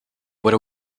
what